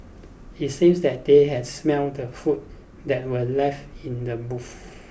it seems that they had smelt the food that were left in the boot